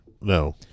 No